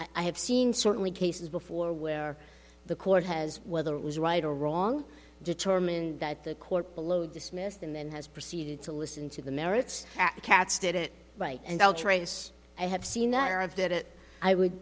i have seen certainly cases before where the court has whether it was right or wrong determined that the court below dismissed and then has proceeded to listen to the merits cats did it right and outrageous i have seen that are of that i would